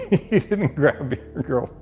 you didn't grab your